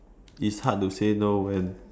it's hard to say no when